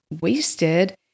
wasted